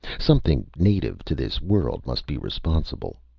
something native to this world must be responsible.